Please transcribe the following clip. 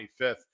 25th